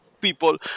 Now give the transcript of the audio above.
people